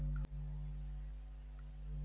इ लोन से आदमी रिक्शा खरीद के आपन काम धाम करत हवे